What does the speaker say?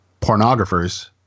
pornographers